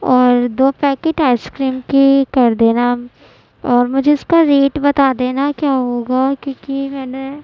اور دو packet ice cream کی کر دینا اور مجھے اس کا ریٹ بتا دینا کیا ہوگا کیونکہ میں نے